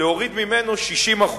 להוריד ממנו 60%,